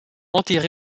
enterré